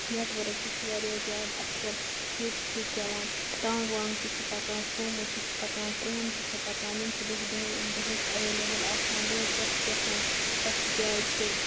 network تہِ چھِ واریاہ زیادٕ اَصٕل ییٚتہِ چھِ چَلان ٹانٛگہٕ وانٛگہٕ تہِ چھِ پَکان سومو تہِ چھِ پَکان ٹرٛینہٕ تہِ چھےٚ پَکان یِم چھےٚ دۄہ دۄہ دۄہَس اٮ۪ویلیبٕل آسان لوٗکھ ییٚتھَس یَژھان تَتھ جایہِ چھِ